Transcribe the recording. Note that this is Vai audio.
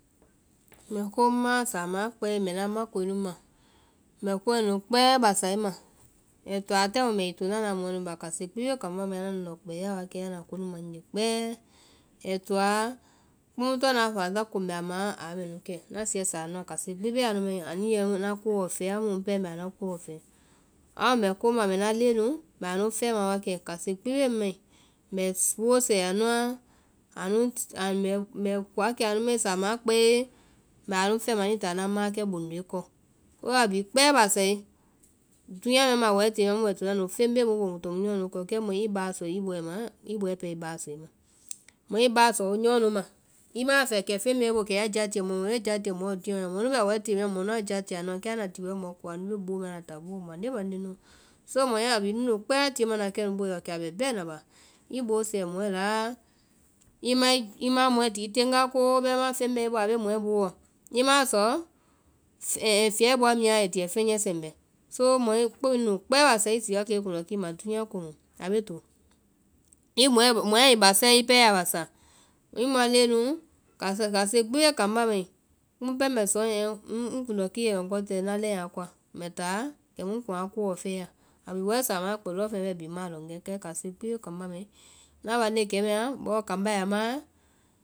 mbɛ komu ma, samaã kpɛe mbɛ ŋna makoee nu wa ma. Mbɛ komɛɛ nu kpɛɛ basae ma. Ai toa taaŋ mu mbɛ wi tonaa ŋna mɔɛ nu baa kase gbi bee kambá mai, anda ŋndɔ kpɛa wa kɛ, anda konu ma ŋnye kpɛɛ. ɛ́i toá, komu tɔŋ ŋna faasa ko mbɛ a ma aa mɛnu kɛ. Ŋna sɛɛ sa a nuã, kase gbi bee anu mai, anuĩ nu yɛ na koɔ fɛɛ́ amu ŋpɛɛ mbɛ anuã koɔ fɛɛ. Amu mbɛ komu ma mbɛna leŋɛ nu mbɛ anu fɛma wa kɛ, kase gbi bee ŋmai, mbɛ boo sɛɛ anuãa, mbɛ koa kɛ anu mai saamaã a kpɛe, mbɛ anu fɛma anuĩ táa nuã mãakɛ bondo kɔ. So a bhii kpɛɛ basae, dúunya mɛɛ ma wɛɛ tée mɛɛ a mu bɛ tona nu feŋ bee mu mu to mu nyɔɔ nu kɔ kɛ mɔ i básɔ i bɔɛ maã amu i bɔɛ pɛɛ ai básɔ i ma. Mɔ i básɔ wo nyɔɔ nu ma, i ma fɛɛ kɛ feŋ bɛ i boo kɛ ya jatiɛ mɔɔ, dúunya mɛɛ lɔ, mɔ nu bɛ wɛɛ dúunya mɛɛ lɔ mɔ nua játiɛ anu lɔ kɛ anda ti wɛɛ mɔ ko anu bee boo mɛɛ lɔ anda táa boo mande mande nuɔ. So mɔ ya a bhii nu nu kpɛɛ tie mana kɛnu boo yɔ, kɛ a bɛ bɛɛna ba, i boo sɛɛ mɔɛ laa, i ma i ma mɔɛ ti i teŋgáa koo, bɛmaã feŋ bɛ i boo a bee mɔɛ booɔ, p maã sɔɔ fiyai bɔa miya wa ai tiɛ fɛnyɛ sɛmbɛ, so mɔ i ko mɛɛ nu kpɛɛ basae mɔ i sii wakɛ i kundɔkii ma, dúunya komu a bee to. mɔɛ ai basae i pɛɛ i yaa basa, kase gbi bee kambá mai, kii nu mbɛ sɔɔ niɛ ŋ kundɔkii bɛ ŋ kɔtɛɛ ŋna leŋɛ a koa, mbɛ táa kɛmu ŋ kuŋ aa koɔ fɛɛ ya. A bi wɛɛ saamaã kpɛ lɔŋfeŋɛ bɛɛ bhii ŋma a lɔŋ wɛ, kɛ kase gbi bee kambá mai, ŋna baŋnde kɛɛ mɛɛ a bɔɔ kambá ya maã